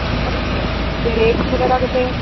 ਅੱਛਾ ਅੱਛਾ ਅਤੇ ਰੇਟਸ ਵਗੈਰਾ ਕਿੰਨੇ ਹੈ